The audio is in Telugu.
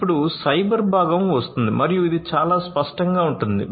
ఇప్పుడు సైబర్ భాగం వస్తుంది మరియు ఇది చాలా స్పష్టంగా ఉంటుంది